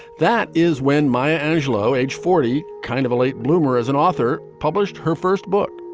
that is when maya angelo, age forty, kind of a late bloomer as an author, published her first book.